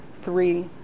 three